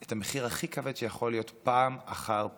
את המחיר הכי כבד שיכול להיות פעם אחר פעם.